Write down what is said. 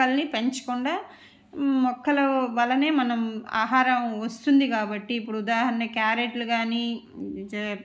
మొక్కల్నిపెంచకుండా మొక్కలు వలనే మనం ఆహారం వస్తుంది కాబట్టి ఇప్పుడు ఉదాహరణకి క్యారెట్లు కాని